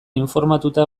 informatuta